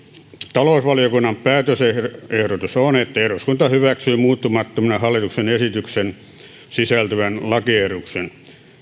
talousvaliokunnan päätösehdotus on että eduskunta hyväksyy muuttamattomana hallituksen esitykseen sisältyvän lakiehdotuksen